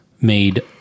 made